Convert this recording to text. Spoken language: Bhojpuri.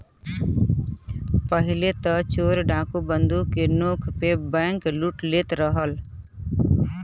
पहिले त चोर डाकू बंदूक के नोक पे बैंकलूट लेत रहलन